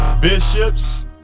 bishops